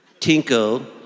Tinko